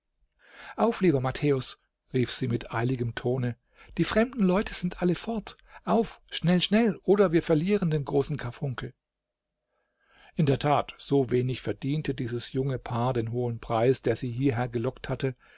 auf lieber matthäus rief sie mit eiligem tone die fremden leute sind alle fort auf schnell schnell oder wir verlieren den großen karfunkel in der tat so wenig verdiente dieses junge paar den hohen preis der sie hierher gelockt hatte